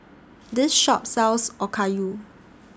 This Shop sells Okayu